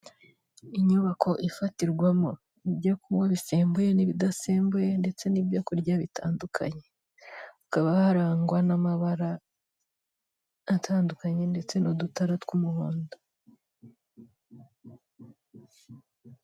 Inyubako ifatirwamo ibyo kunywa bisembuye n'ibidasembuye ndetse n'ibyo kurya bitandukanye hakaba harangwa n'amabara atandukanye ndetse n'udutara tw'umuhondo.